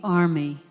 army